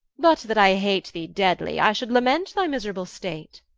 but that i hate thee deadly, i should lament thy miserable state.